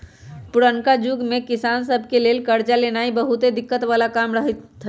पुरनका जुग में किसान सभ के लेल करजा लेनाइ बहुते दिक्कत् बला काम होइत रहै